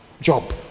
job